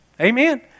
Amen